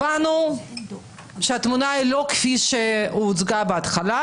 הבנו שהתמונה היא לא כפי שהוצגה בהתחלה,